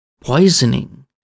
poisoning